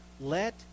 Let